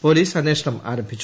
police അന്വേഷണം ആരംഭിച്ചു